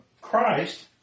Christ